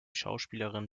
schauspielerin